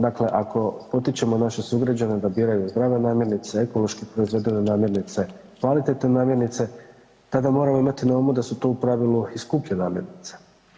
Dakle, ako potičemo naše sugrađane da biraju zdrave namirnice ekološki proizvedene namirnice, kvalitetne namirnice tada moramo imati na umu da su to u pravilu i skuplje namirnice.